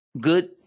Good